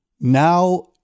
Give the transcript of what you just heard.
Now